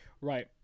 Right